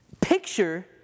picture